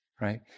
right